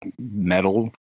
metal